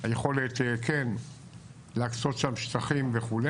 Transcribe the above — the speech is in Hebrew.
היכולת כן להקצות שם שטחים וכו'.